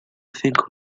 think